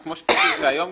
כמו שעושים את זה היום,